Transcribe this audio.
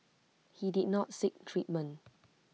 he did not seek treatment